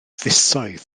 fisoedd